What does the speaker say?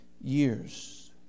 years